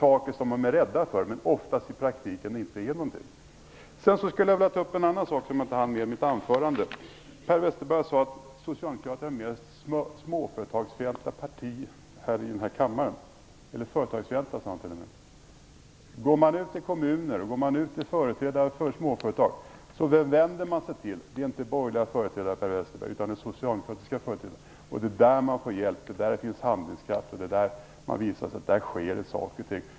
Saker som folk är rädda för visar sig ofta i praktiken inte vara någonting att vara rädd för. Sedan vill jag ta upp en annan sak som jag inte hann med i mitt anförande. Per Westerberg sade att Socialdemokraterna är det mest småföretagsfientliga partiet här i kammaren. Går man ut i kommuner eller till representanter för småföretag och frågar vem de vänder sig till, får man svaret att det inte är till borgerliga företrädare utan till socialdemokratiska företrädare. Där får man hjälp, där finns handlingskraft och där sker det saker och ting.